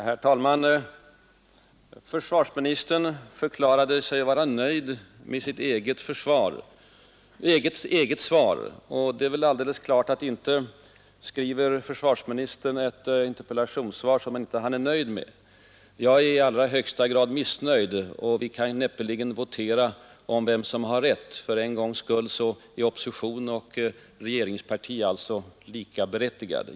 Herr talman! Försvarsministern förklarade sig vara nöjd med sitt eget svar. Det är väl alldeles klart att inte skriver försvarsministern ett interpellationssvar som han inte är nöjd med. Jag är däremot i allra högsta grad missnöjd. Men vi kan näppeligen votera om vem som har rätt för en gångs skull är opposition och regeringsparti likställda.